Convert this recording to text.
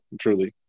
truly